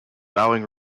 vowing